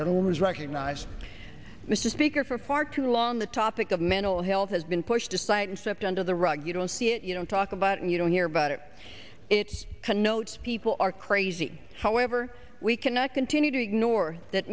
gentleman is recognized mr speaker for far too long the topic of mental health has been pushed aside and swept under the rug you don't see it you don't talk about it you don't hear but it connotes people are crazy however we cannot continue to ignore that